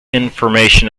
information